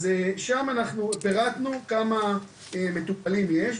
אז שם אנחנו פירטנו כמה מטופלים יש.